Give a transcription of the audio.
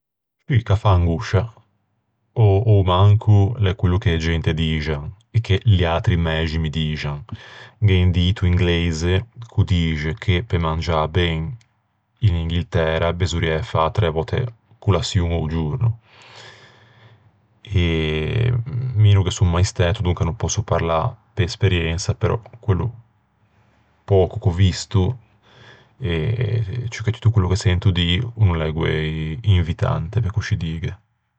Scì, ch'a fa angoscia! Ò a-o manco l'é quello che e gente dixan, e che liatri mæximi dixan. Gh'é un dito ingleise ch'o dixe che pe mangiâ ben in Inghiltæra besorriæ fâ træ vòtte colaçion a-o giorno. Mi no ghe son mai stæto, donca no pòsso parlâ pe esperiensa, ma quello pöco ch'ò visto, e ciù che tutto quello che sento dî, o no l'é guæi invitante, pe coscì dîghe.